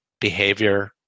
behavior